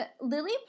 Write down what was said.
Lily